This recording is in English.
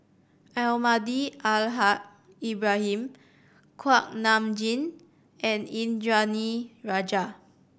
Almahdi Al Haj Ibrahim Kuak Nam Jin and Indranee Rajah